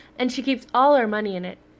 and she keeps all her money in it.